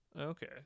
Okay